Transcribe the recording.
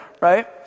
right